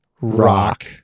rock